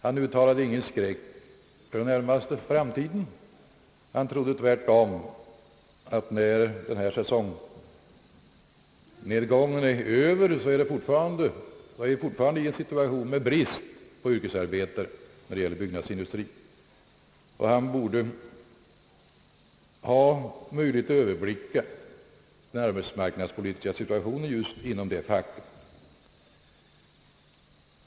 Han uttryckte ingen skräck för den närmaste utvecklingen utan trodde tvärtom att när den nuvarande säsongnedgången är över har vi fortfarande en situation med brist på yrkesarbetare i byggnadsindustrien; och han borde ha möjligheter att överblicka den arbetsmarknadspolitiska situationen just inom det facket.